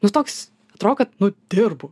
nu toks atrodo kad nu dirbu